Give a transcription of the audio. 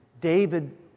David